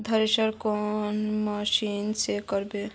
Thresher कौन machine से करबे?